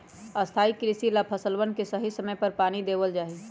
स्थाई कृषि ला फसलवन के सही समय पर पानी देवल जा हई